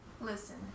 Listen